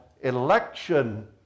election